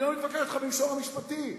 אני לא מתווכח אתך במישור המשפטי,